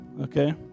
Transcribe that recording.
Okay